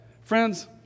Friends